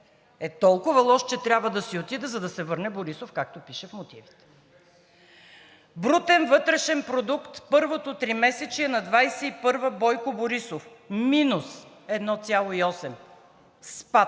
е толкова лош, че трябва да си отиде, за да се върне Борисов, както пише в мотивите. Брутен вътрешен продукт първото тримесечие на 2021 г. Бойко Борисов – минус 1,8, спад